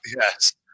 Yes